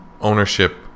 ownership